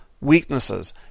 weaknesses